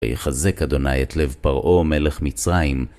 ויחזק אדוני את לב פרעה, מלך מצרים.